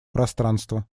пространства